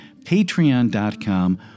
patreon.com